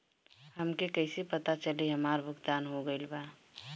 हमके कईसे पता चली हमार भुगतान हो गईल बा?